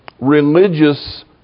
religious